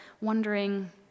wondering